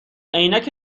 عینک